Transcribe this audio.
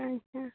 ᱦᱮᱸ ᱛᱚ